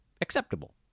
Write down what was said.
acceptable